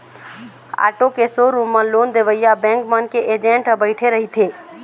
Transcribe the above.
auto के showroom म loan देवइया बेंक मन के एजेंट ह बइठे रहिथे